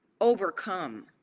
overcome